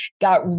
got